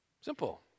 Simple